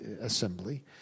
assembly